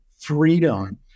freedom